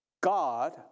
God